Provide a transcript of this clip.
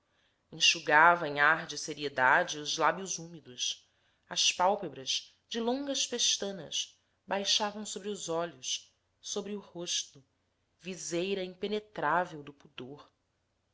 enxugava em ar de seriedade os lábios úmidos as pálpebras de longas pestanas baixavam sobre os olhos sobre o rosto viseira impenetrável do pudor